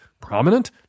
prominent